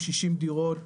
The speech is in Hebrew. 60 דירות,